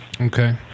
okay